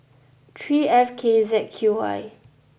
three F K Z Q Y